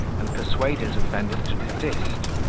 and persuade his offenders to desist,